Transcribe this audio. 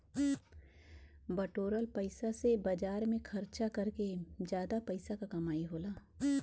बटोरल पइसा से बाजार में खरचा कर के जादा पइसा क कमाई होला